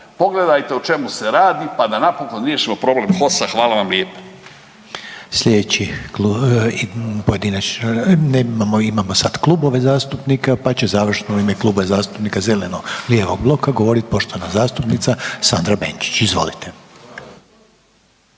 pogledajte o čemu se radi pa da napokon riješimo problem HOS-a. Hvala vam lijepo.